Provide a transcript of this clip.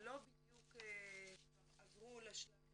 לא בדיוק כבר עברו לשלב